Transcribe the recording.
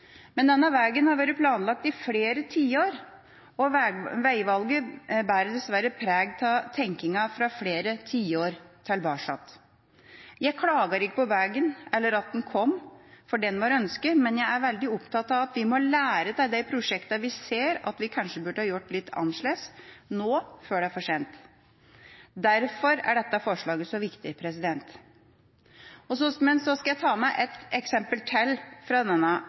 Denne veien har vært planlagt i flere tiår, og veivalget bærer dessverre preg av tenkningen fra flere tiår tilbake. Jeg klager ikke på veien eller at den kom, for den var ønsket, men jeg er veldig opptatt av at vi må lære av de prosjektene vi ser at vi kanskje burde gjort annerledes nå før det er for sent. Derfor er dette forslaget så viktig. Jeg skal ta med et eksempel til fra